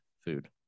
food